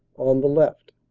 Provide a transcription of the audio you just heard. on the left.